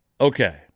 Okay